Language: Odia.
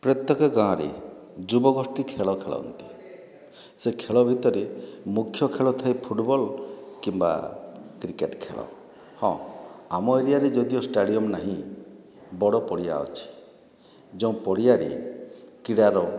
ପ୍ରତ୍ୟେକ ଗାଁରେ ଯୁବ ଗୋଷ୍ଠୀ ଖେଳ ଖେଳନ୍ତି ସେ ଖେଳ ଭିତରେ ମୁଖ୍ୟ ଖେଳ ଥାଏ ଫୁଟବଲ୍ କିମ୍ବା କ୍ରିକେଟ୍ ଖେଳ ହଁ ଆମ ଏରିଆରେ ଯଦିଓ ଷ୍ଟାଡ଼ିୟମ୍ ନାହିଁ ବଡ଼ ପଡ଼ିଆ ଅଛି ଯେଉଁ ପଡ଼ିଆରେ କ୍ରୀଡ଼ାର